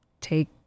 take